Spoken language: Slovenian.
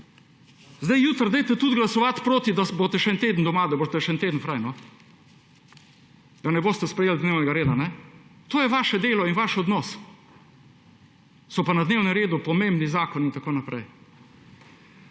glasujte tudi proti, da boste še en teden doma, da boste še en teden prosti, da ne boste sprejeli dnevnega reda. To je vaše delo in vaš odnos. So pa na dnevnem redu pomembni zakoni in tako naprej.